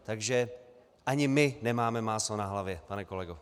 Takže ani my nemáme máslo na hlavě, pane kolego.